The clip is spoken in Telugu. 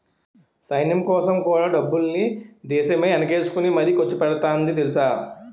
సైన్యంకోసం కూడా డబ్బుల్ని దేశమే ఎనకేసుకుని మరీ ఖర్చుపెడతాంది తెలుసా?